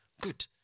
Good